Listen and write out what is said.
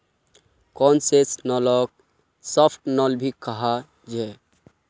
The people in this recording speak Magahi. कोन्सेसनल लोनक साफ्ट लोन भी कह छे